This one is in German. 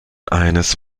eines